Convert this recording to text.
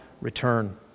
return